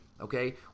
okay